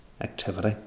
activity